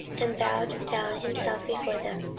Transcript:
and bowed down himself before them,